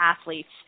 athletes